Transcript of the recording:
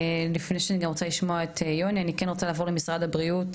אני רוצה לעבור למשרד הבריאות.